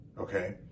okay